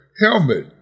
helmet